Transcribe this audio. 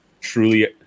truly